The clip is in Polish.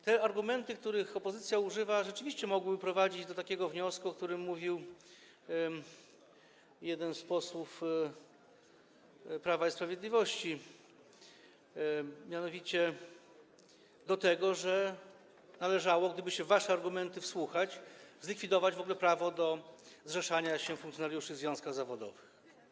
Te argumenty, których używa opozycja, rzeczywiście mogły prowadzić do takiego wniosku, o którym mówił jeden z posłów Prawa i Sprawiedliwości, mianowicie do tego, że należało, gdyby się w wasze argumenty wsłuchać, zlikwidować w ogóle prawo do zrzeszania się funkcjonariuszy w związkach zawodowych.